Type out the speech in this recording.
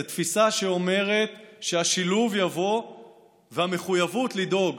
זאת תפיסה שאומרת שהשילוב יבוא והמחויבות לדאוג